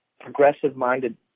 progressive-minded